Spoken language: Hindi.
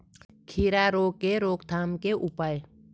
खीरा रोग के रोकथाम के उपाय?